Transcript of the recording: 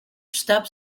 step